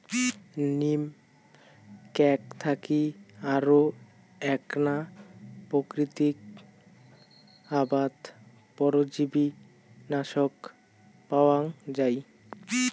নিম ক্যাক থাকি আরো এ্যাকনা প্রাকৃতিক আবাদ পরজীবীনাশক পাওয়াঙ যাই